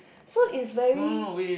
so it's very